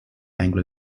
anglo